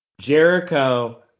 Jericho